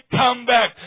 comeback